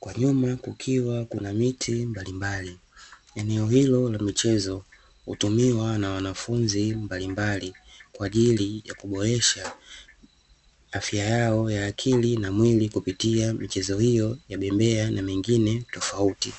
kwa nyuma kukiwa kuna miti mbalimbali, eneo hilo la michezo hutumiwa na wanafunzi mbalimbali, kwa ajili ya kuboresha afya yao ya akili na mwili, kupitia mchezo hiyo ya bembea na mengine tofauti.